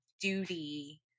duty